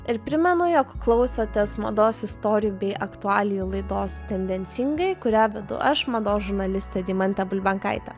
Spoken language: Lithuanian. ir primenu jog klausotės mados istorijų bei aktualijų laidos tendencingai kurią vedu aš mados žurnalistė deimantė bulbenkaitė